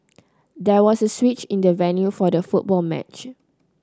there was a switch in the venue for the football match